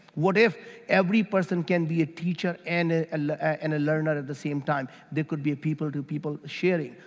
what if every person can be a teacher and ah and and a learner at the same time there could be people to people sharing.